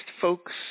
folks